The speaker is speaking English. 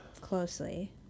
closely